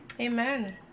Amen